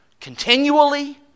continually